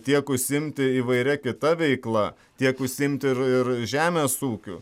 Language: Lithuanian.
tiek užsiimti įvairia kita veikla tiek užsiimti ir ir žemės ūkiu